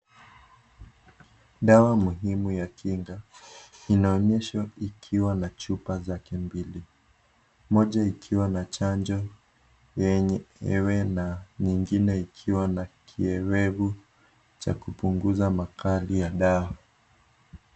Dawa muhimu ya kinga inaonyeshwa ikiwa na chupa zake mbili, moja ikiwa na chanjo nyingine kiwa na kiyoevu cha kupunguza makali ya madawa.